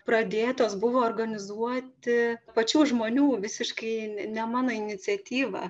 pradėtos buvo organizuoti pačių žmonių visiškai ne ne mano iniciatyva